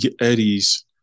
Eddie's